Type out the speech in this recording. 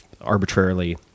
arbitrarily